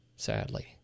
sadly